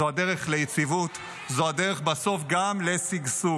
זאת הדרך ליציבות, זו הדרך בסוף גם לשגשוג,